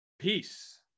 Peace